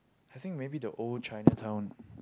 I think maybe the old Chinatown